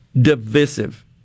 divisive